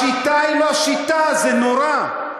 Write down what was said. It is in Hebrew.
השיטה היא לא שיטה, זה נורא.